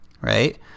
right